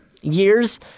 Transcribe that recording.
years